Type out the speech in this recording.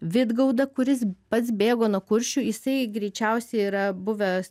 vidgaudą kuris pats bėgo nuo kuršių jisai greičiausiai yra buvęs